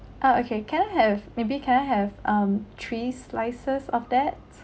ah okay can I have maybe can I have um three slices of that